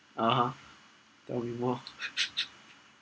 (uh huh) tell me more